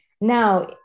now